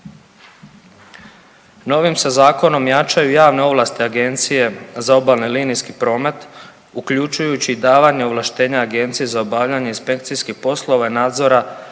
Novim se zakonom jačaju javne ovlasti Agencije za obalni linijski promet uključujući i davanja ovlaštenja agenciji za obavljanje inspekcijskih poslova i nadzora